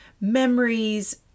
memories